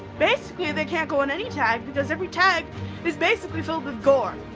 basically they can't go on any tag because every tag is basically filled with gore.